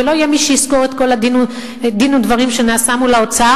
ולא יהיה מי שיזכור את כל הדין-ודברים שנעשה מול האוצר,